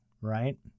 right